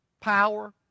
Power